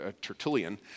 Tertullian